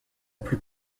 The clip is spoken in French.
plus